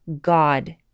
god